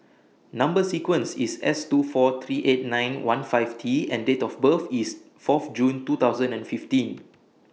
Number sequence IS S two four three eight nine one five T and Date of birth IS Fourth June two thousand and fifteen